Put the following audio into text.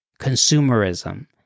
Consumerism